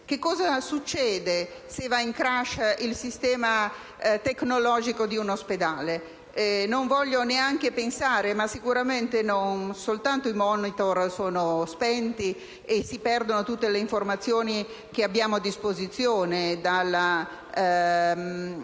Cosa succede se va in *crash* il sistema tecnologico di un ospedale? Non voglio neanche pensarci, ma sicuramente non soltanto i *monitor* si spengono e si perdono tutte le informazioni che abbiamo a disposizione: